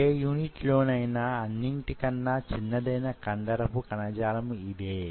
ఏ unit లోనైనా అన్నింటికన్నా చిన్నదైన కండరపు కణజాలం యిదే